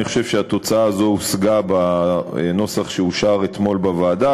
אני חושב שהתוצאה הזאת הושגה בנוסח שאושר אתמול בוועדה,